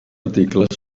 articles